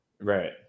right